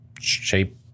shape